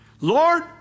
Lord